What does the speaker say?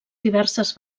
diverses